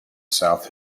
south